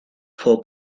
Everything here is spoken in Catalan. fou